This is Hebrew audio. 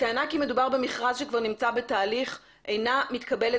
הטענה כי מדובר במכרז שכבר נמצא בתהליך אינה מתקבלת